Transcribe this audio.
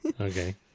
Okay